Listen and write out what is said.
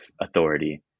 authority